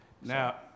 Now